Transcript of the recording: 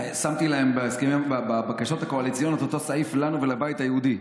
ששמתי להם בבקשות הקואליציוניות את אותו סעיף לנו ולבית היהודי.